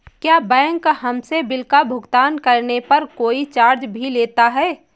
क्या बैंक हमसे बिल का भुगतान करने पर कोई चार्ज भी लेता है?